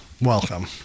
Welcome